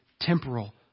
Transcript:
temporal